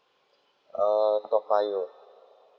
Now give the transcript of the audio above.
err toa payoh